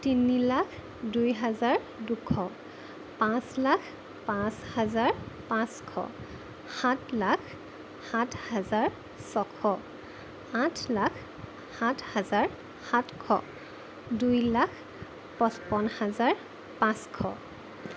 তিনি লাখ দুই হাজাৰ দুশ পাঁচ লাখ পাঁচ হাজাৰ পাঁচশ সাত লাখ সাত হাজাৰ ছয়শ আঠ লাখ সাত হাজাৰ সাতশ দুই লাখ পঁচপন্ন হাজাৰ পাঁচশ